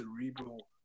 cerebral